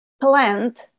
plant